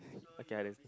okay under~